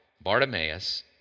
Bartimaeus